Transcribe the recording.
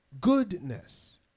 goodness